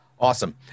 Awesome